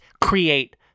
create